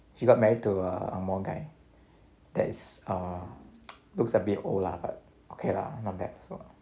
she got married to a angmoh guy that is uh looks a bit old lah but okay lah not bad so